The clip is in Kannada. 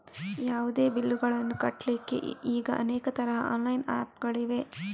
ಯಾವುದೇ ಬಿಲ್ಲುಗಳನ್ನು ಕಟ್ಲಿಕ್ಕೆ ಈಗ ಅನೇಕ ತರದ ಆನ್ಲೈನ್ ಆಪ್ ಗಳಿವೆ